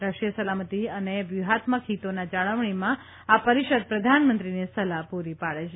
રાષ્ટ્રીય સલામતિ અને વ્યૂહાત્મક હીતોની જાળવણીમાં આ પરિષદ પ્રધાનમંત્રીને સલાહ પૂરી પાડી છે